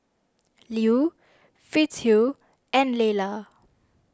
Lew Fitzhugh and Lela